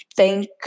thank